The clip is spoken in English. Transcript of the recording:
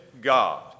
God